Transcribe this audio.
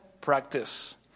practice